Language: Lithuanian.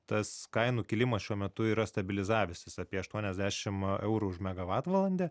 tas kainų kilimas šiuo metu yra stabilizavęsis apie aštuoniasdešim eurų už megavatvalandę